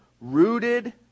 Rooted